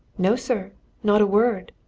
no, sir not a word!